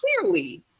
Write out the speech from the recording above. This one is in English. clearly